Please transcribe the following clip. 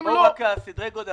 בואו, דקה, נבין את סדרי הגודל.